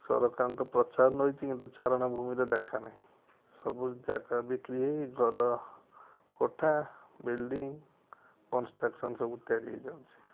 ସରକାରଙ୍କ ପ୍ରୋତ୍ସାହନ ରହିଛି କିନ୍ତୁ ଚାରଣ ଭୂଇଁର ଦେଖା ନାହିଁ ସବୁ ଜାଗା ବିକ୍ରି ହେଇ ଘର କୋଠା ବିଲ୍ଡିଂ କନ୍ସଟ୍ରକସନ୍ ସବୁ ତିଆରି ହୋଇଯାଉଛି